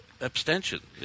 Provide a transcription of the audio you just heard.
abstention